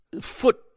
foot